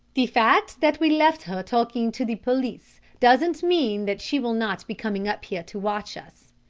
the fact that we left her talking to the police doesn't mean that she will not be coming up here, to watch us.